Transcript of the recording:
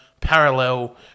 parallel